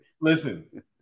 listen